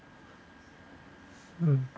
mm